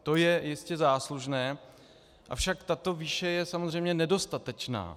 To je jistě záslužné, avšak tato výše je samozřejmě nedostatečná.